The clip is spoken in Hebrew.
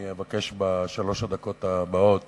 אני מבקש בשלוש הדקות הבאות